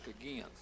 again